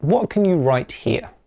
what can you write here?